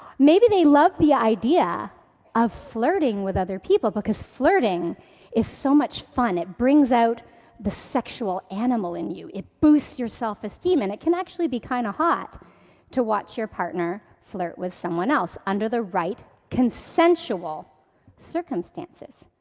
maybe they love the idea of flirting with other people because flirting is so much fun, it brings out the sexual animal in you, it boosts your self-esteem and it can actually be kind of hot to watch your partner flirt with someone else, under the right consensual circumstances.